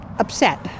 Upset